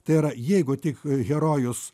tai yra jeigu tik herojus